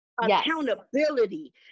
Accountability